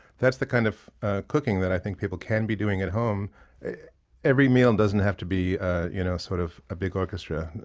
that's the kind of cooking that i think people can be doing at home every meal doesn't have to be a you know sort of big orchestra